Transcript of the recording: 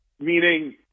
Meaning